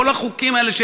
כל החוקים האלה,